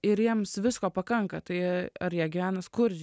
ir jiems visko pakanka tai ar jie gyvena skurdžiai